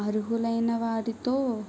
అర్హులైన వారితో